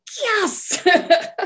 yes